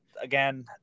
Again